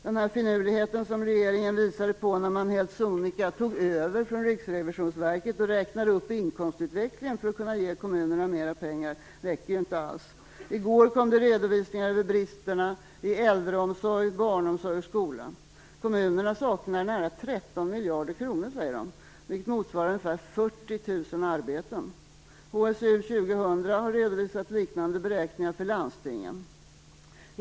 Den finurlighet som regeringen visade när man helt sonika tog över från Riksrevisionsverket och räknade upp inkomstutvecklingen för att kunna ge kommunerna mer pengar räcker inte alls. I går kom det redovisningar av bristerna i äldreomsorg, barnomsorg och skola. Kommunerna saknar nära 13 miljarder kronor, säger de, vilket motsvarar ungefär 40 000 arbeten. HSU 2000 har redovisat liknande beräkningar för landstingen.